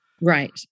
right